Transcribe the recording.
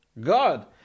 god